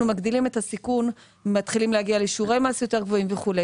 מגדילים את הסיכון ומתחילים להגיע לשיעורי מס יותר גדולים וכו'.